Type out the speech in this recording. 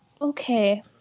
Okay